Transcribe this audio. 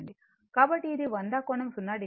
కాబట్టి ఇది 100 కోణం 0 o 73 కోణం 24